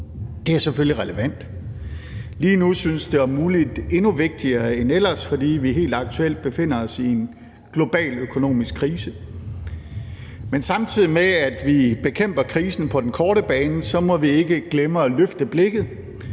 Det er selvfølgelig relevant. Lige nu synes det om muligt endnu vigtigere end ellers, fordi vi helt aktuelt befinder os i en global økonomisk krise. Men samtidig med at vi bekæmper krisen på den korte bane, må vi ikke glemme at løfte blikket